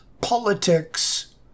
Politics